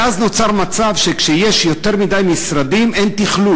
ואז נוצר מצב, כשיש יותר מדי משרדים, שאין תכלול.